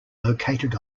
located